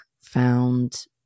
found